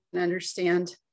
understand